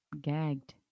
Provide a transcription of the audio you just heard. gagged